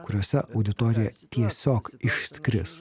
kuriose auditorija tiesiog išskris